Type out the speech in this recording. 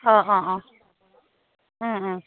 অঁ অঁ অঁ